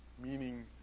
meaning